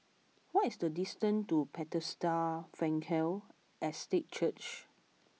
what is the distance to Bethesda Frankel Estate Church